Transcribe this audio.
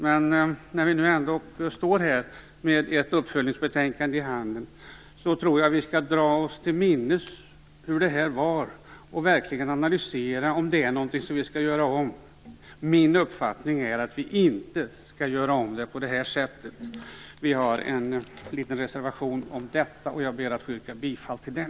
Men när vi nu ändå står här med ett uppföljningsbetänkande i handen tror jag vi skall dra oss till minnes hur det här var och verkligen analysera om det är någonting som vi skall göra om. Min uppfattning är att vi inte skall göra om det på det här sättet. Vi har en liten reservation om detta, och jag ber att få yrka bifall till den.